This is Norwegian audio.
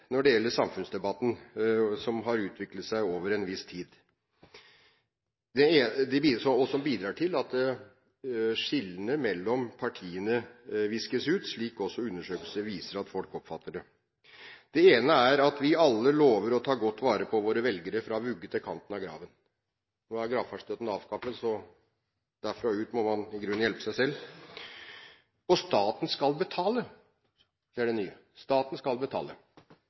når det gjelder samfunnsdebatten, som har utviklet seg over en viss tid, og som bidrar til at skillene mellom partiene viskes ut, slik også undersøkelser viser at folk oppfatter det. Den ene trenden er at vi alle lover å ta godt vare på våre velgere fra vugge til kanten av graven. Nå er gravferdsstøtten avskaffet, så derfra og ut må man i grunnen hjelpe seg selv. Det nye er at staten skal betale.